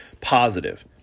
positive